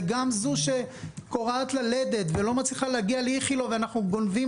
וגם זאת שקורעת ללדת ולא מצליחה להגיע לאיכילוב ואנחנו גונבים